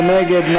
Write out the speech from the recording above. מי נגד?